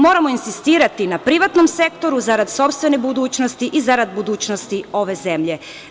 Moramo insistirati na privatnom sektoru, zarad sopstvene budućnosti i zarad budućnosti ove zemlje.